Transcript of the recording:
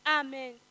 Amen